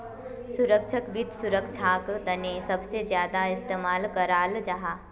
सुरक्षाक वित्त सुरक्षार तने सबसे ज्यादा इस्तेमाल कराल जाहा